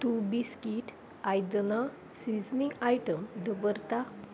तूं बिस्कीट आयदनां seasoning item दवरता